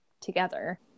together